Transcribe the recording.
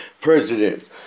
president